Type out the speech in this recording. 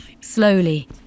slowly